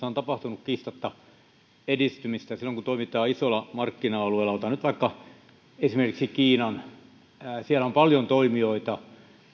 on tapahtunut kiistatta edistymistä silloin kun toimitaan isoilla markkina alueilla otetaan nyt vaikka esimerkiksi kiina siellä on paljon toimijoita